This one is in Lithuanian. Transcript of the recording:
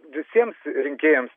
visiems rinkėjams